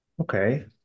Okay